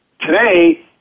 Today